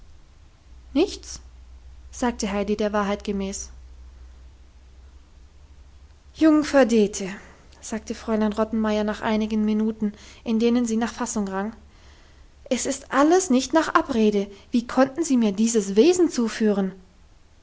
nichts sagte heidi der wahrheit gemäß jungfer dete sagte fräulein rottenmeier nach einigen minuten in denen sie nach fassung rang es ist alles nicht nach abrede wie konnten sie mir dieses wesen zuführen